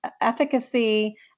efficacy